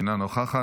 אינה נוכחת.